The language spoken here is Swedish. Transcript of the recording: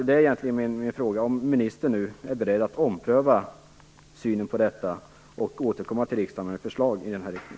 Det är egentligen min fråga: Är ministern nu beredd att ompröva synen på detta och återkomma till riksdagen med förslag i den här riktningen?